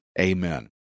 Amen